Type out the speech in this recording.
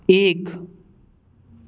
एक